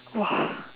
!wah!